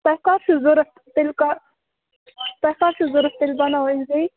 تۄہہِ کَر چھُو ضوٚرَتھ تیٚلہِ کہ تۄہہِ کر چھُو ضوٚرَتھ تیٚلہِ بناوو أسۍ بیٚیہِ